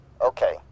Okay